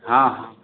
हँ